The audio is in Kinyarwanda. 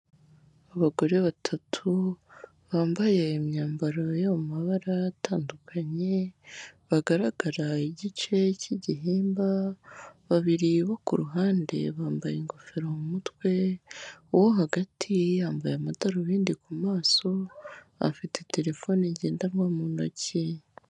Abagore batatu bambaye imyambaro yo mu mabara atandukanye, bagaragara igice cy'igihimba, babiri bo ku ruhande bambaye ingofero mu mutwe, uwo hagati yambaye amadarubindi ku maso afite terefone ngendanwa mu ntoki.